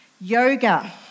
yoga